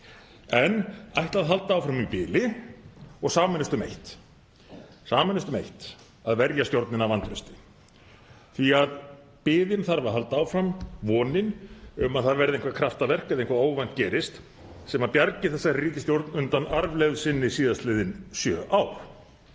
en ætla að halda áfram í bili og sameinast um það eitt að verja stjórnina vantrausti, því að biðin þarf að halda áfram, vonin um að það verði einhver kraftaverk eða að eitthvað óvænt gerist sem bjargi þessari ríkisstjórn undan arfleifð sinni síðastliðin sjö ár.